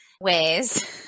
Ways